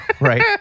Right